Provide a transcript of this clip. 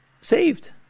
saved